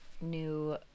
new